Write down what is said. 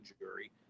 jury